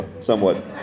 somewhat